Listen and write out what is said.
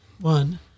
one